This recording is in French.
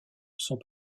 sont